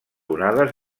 onades